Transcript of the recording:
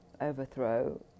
overthrow